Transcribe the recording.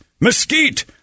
mesquite